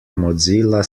mozilla